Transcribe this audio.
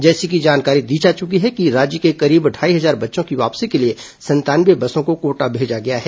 जैसी कि जानकारी दी जा चुकी है कि राज्य के करीब ढ़ाई हजार बच्चों की वापसी के लिए संतानवे बसों को कोटा भेजा गया है